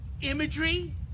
imagery